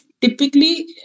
typically